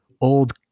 old